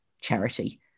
charity